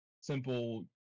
simple